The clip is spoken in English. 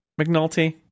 McNulty